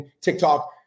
TikTok